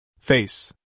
Face